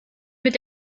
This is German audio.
mit